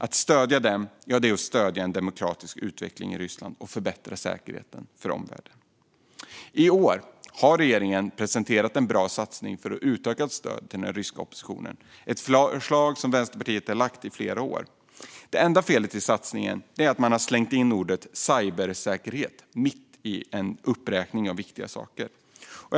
Att stödja dem är att stödja en demokratisk utveckling i Ryssland och förbättra säkerheten för omvärlden. I år har regeringen presenterat en bra satsning för utökat stöd till den ryska oppositionen, ett förslag som Vänsterpartiet har fört fram i flera år. Det enda felet i satsningen är att man har slängt in ordet cybersäkerhet mitt i en uppräkning av viktiga saker.